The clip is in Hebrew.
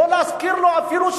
לא להזכיר לו אפילו,